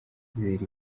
kwizera